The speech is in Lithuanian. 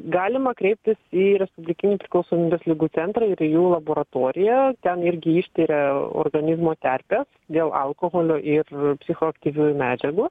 galima kreiptis į respublikinį priklausomybės ligų centrą ir į jų laboratoriją ten irgi ištiria organizmo terpę dėl alkoholio ir psichoaktyviųjų medžiagų